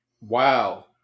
Wow